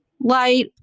light